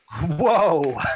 Whoa